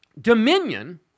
dominion